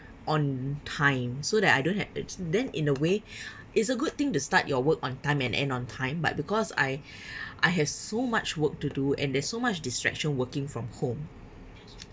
on time so that I don't have it then in a way it's a good thing to start your work on time and end on time but because I I have so much work to do and there's so much distraction working from home